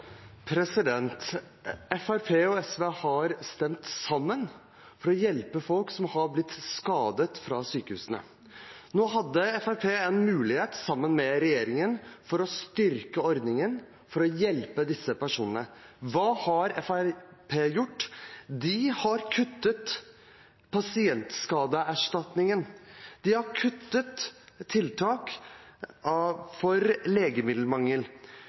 blitt skadet ved sykehusene. Nå hadde Fremskrittspartiet, sammen med regjeringen, en mulighet til å styrke ordningen for å hjelpe disse personene. Hva har Fremskrittspartiet gjort? De har kuttet i pasientskadeerstatningen. De har kuttet i tiltak for legemiddelmangel.